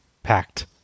Packed